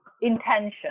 intention